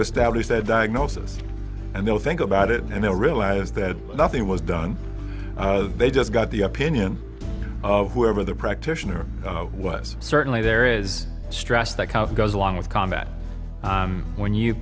establish that diagnosis and they'll think about it and they'll realize that nothing was done they just got the opinion of whoever the practitioner was certainly there is stress that kind of goes along with combat when you